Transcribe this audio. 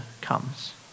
comes